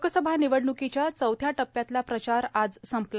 लोकसभा निवडणुकीच्या चौथ्या टप्प्यातला प्रचार आज संपला